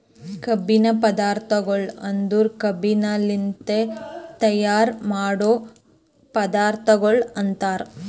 ಕಬ್ಬಿನ ಪದಾರ್ಥಗೊಳ್ ಅಂದುರ್ ಕಬ್ಬಿನಲಿಂತ್ ತೈಯಾರ್ ಮಾಡೋ ಪದಾರ್ಥಗೊಳ್ ಅಂತರ್